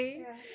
ya